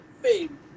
fame